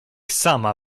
sama